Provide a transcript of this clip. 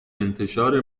انتشار